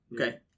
Okay